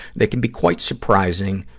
they can be quite surprising,